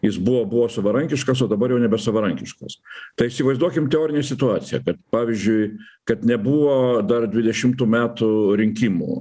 jis buvo buvo savarankiškas o dabar jau nebesavarankiškas tai įsivaizduokim teorinę situaciją kad pavyzdžiui kad nebuvo dar dvidešimtų metų rinkimų